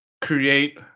create